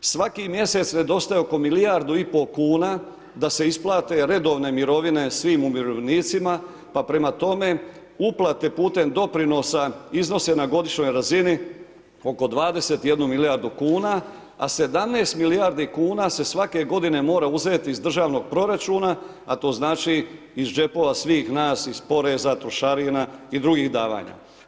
Svaki mjesec nedostaje oko milijardu i pol kuna da se isplate redovne mirovine svim umirovljenicima, pa prema tome uplate putem doprinosa iznose na godišnjoj razini oko 21 milijardu kuna, a 17 milijardi kuna se svake godine mora uzeti iz državnog proračuna, a to znači iz džepova svih nas, iz poreza, trošarina i dr. davanja.